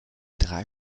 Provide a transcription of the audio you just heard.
drei